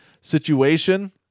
situation